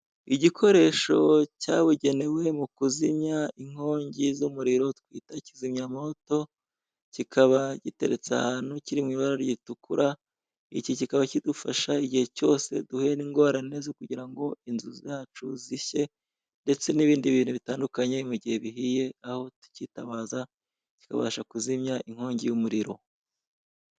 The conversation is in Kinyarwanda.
igikoresho cyabugenewe mu kuzimya inkongi z'umuriro twita kizimya mwoto, kikaba giteretse ahantu kiri mu ibara ritukura iki kikaba kidufasha igihe cyose duhuye n' ingorane zo kugira ngo inzu zacu zishye ndetse n'ibindi bintu bitandukanye mu gihe bihiye aho tukitabaza kikabasha kuzimya inkongi y'umuriro.